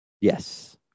Yes